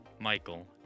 Michael